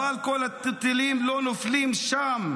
חבל שכל הטילים לא נופלים שם,